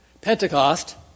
Pentecost